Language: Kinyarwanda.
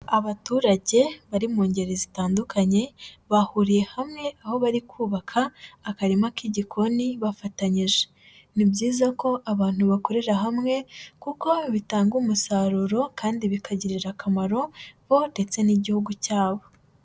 Abaturage bari mu ngeri zitandukanye, bahuriye hamwe aho bari kubaka akarima k'igikoni bafatanyije. Ni byiza ko abantu bakorera hamwe kuko bitanga umusaruro kandi bikagirira akamaro bo ndetse n'igihugu cyabo.